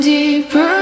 Deeper